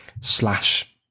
slash